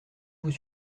vous